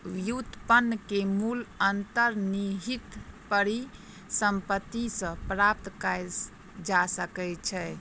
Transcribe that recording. व्युत्पन्न के मूल्य अंतर्निहित परिसंपत्ति सॅ प्राप्त कय जा सकै छै